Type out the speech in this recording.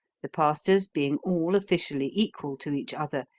the pastors being all officially equal to each other,